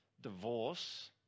divorce